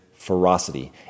Ferocity